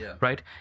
Right